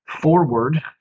forward